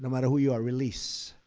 matter who you are release.